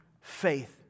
faith